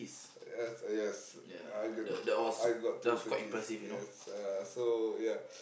yes yes I got I got two tickets yes uh so ya